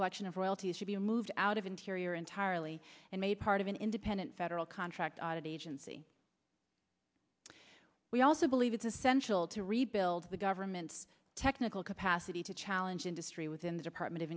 collection of royalties should be moved out of interior entirely and made part of an independent federal contract auditee agency we also believe it's essential to rebuild the government's technical capacity to challenge industry within the department of